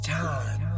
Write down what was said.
time